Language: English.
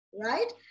Right